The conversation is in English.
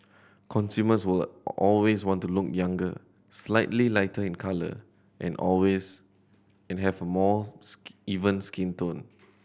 consumers will always want to look younger slightly lighter in colour and always and have a more skin even skin tone